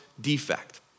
defect